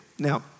Now